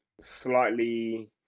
slightly